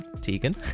Tegan